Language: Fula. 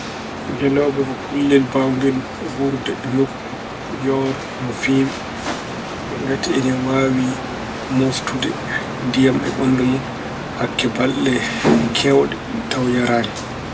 Ngeelooba ko kullel mbaawngel wuurde nokku yooro no feewi. Ngati ene waawi mooftude ndiyam e ɓanndu mun balɗe keewɗe tawa yaraani.